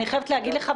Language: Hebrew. אני חייבת להגיד לך,